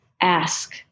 ask